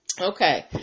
Okay